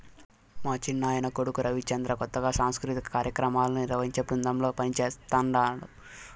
మా చిన్నాయన కొడుకు రవిచంద్ర కొత్తగా సాంస్కృతిక కార్యాక్రమాలను నిర్వహించే బృందంలో పనిజేస్తన్నడు